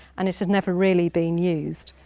and it had never really been used,